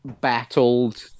battled